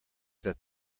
that